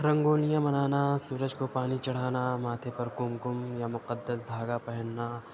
رنگولیاں بنانا سورج کو پانی چڑھانا ماتھے پر کُم کُم یا مقدس دھاگا پہننا